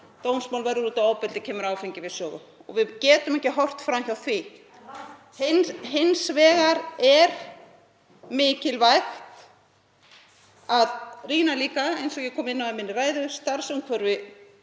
dómsmál verður út af ofbeldi kemur áfengi við sögu. Við getum ekki horft fram hjá því. Hins vegar er mikilvægt að rýna líka, eins og ég kom inn á í minni ræðu, starfsumhverfi